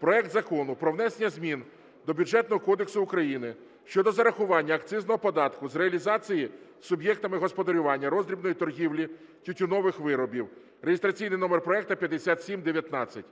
проект Закону про внесення змін до Бюджетного кодексу України щодо зарахування акцизного податку з реалізації суб'єктами господарювання роздрібної торгівлі тютюнових виробів (реєстраційний номер проекту 5719).